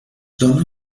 dóna